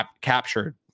captured